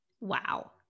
Wow